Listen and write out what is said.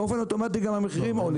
באופן אוטומטי גם המחירים עולים.